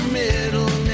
middle